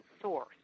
source